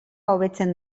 hobetzen